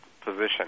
position